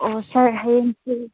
ꯑꯣ ꯁꯥꯔ ꯍꯌꯦꯡꯁꯦ